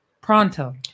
pronto